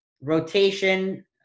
Rotation